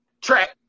track